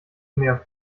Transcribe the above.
mir